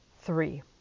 Three